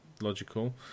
logical